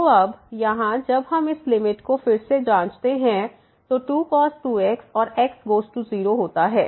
तो अब यहाँ जब हम इस लिमिट को फिर से जाँचते हैं तो 2cos 2x और x गोज़ टू 0 होता है